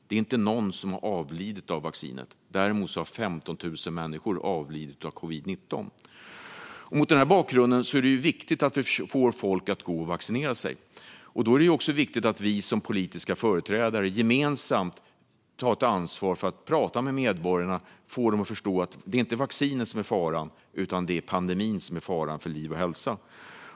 Det finns inte någon som har avlidit av vaccinet, men däremot har 15 000 människor avlidit av covid-19. Mot denna bakgrund är det viktigt att vi får folk att gå och vaccinera sig. Då är det också viktigt att vi som politiska företrädare gemensamt tar ansvar för att prata med medborgarna och få dem att förstå att det inte är vaccinet som är faran, utan det är pandemin som är faran för liv och hälsa.